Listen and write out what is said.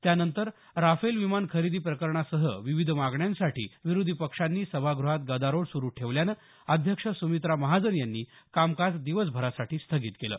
त्यानंतर राफेल विमान खरेदी प्रकरणासह विविध मागण्यांसाठी विरोधी पक्षांनी सभागृहात गदारोळ सुरू ठेवल्यानं अध्यक्ष सुमित्रा महाजन यांनी कामकाज दिवसभरासाठी स्थगित केलं